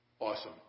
Awesome